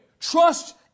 Trust